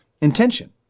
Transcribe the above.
intention